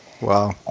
Wow